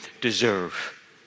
deserve